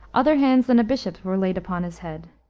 other hands than a bishop's were laid upon his head.